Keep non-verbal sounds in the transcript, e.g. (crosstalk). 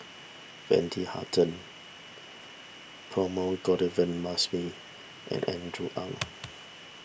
Wendy Hutton Perumal (unintelligible) and Andrew Ang